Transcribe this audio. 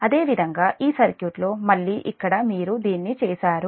అదేవిధంగా ఈ సర్క్యూట్లో మళ్ళీ ఇక్కడ మీరు దీన్ని చేశారు